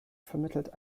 vermittelt